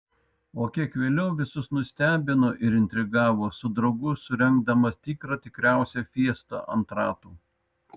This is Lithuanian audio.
o kiek vėliau visus nustebino ir intrigavo su draugu surengdamas tikrų tikriausią fiestą ant ratų